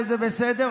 זה בסדר,